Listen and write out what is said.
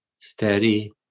steady